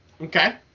Okay